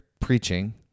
preaching